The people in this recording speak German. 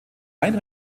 ein